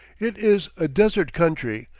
it is a desert country,